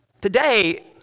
today